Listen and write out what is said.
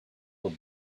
will